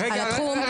על התחום,